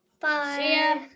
Bye